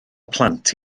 plant